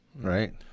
Right